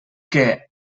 que